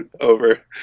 over